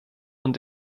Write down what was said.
und